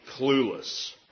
clueless